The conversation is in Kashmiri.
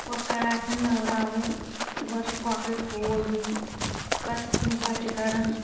کۄکر آسیٚن نٔوراوٕنۍ گۄڈٕ چھِ کۄکرِ ٹھوٗل دِنۍ پتہٕ چھِ تِم بچہِ کڑان